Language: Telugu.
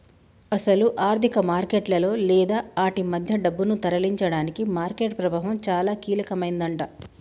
అసలు ఆర్థిక మార్కెట్లలో లేదా ఆటి మధ్య డబ్బును తరలించడానికి మార్కెట్ ప్రభావం చాలా కీలకమైందట